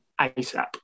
ASAP